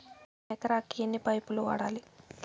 ఎకరాకి ఎన్ని పైపులు వాడాలి?